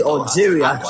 Algeria